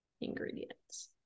ingredients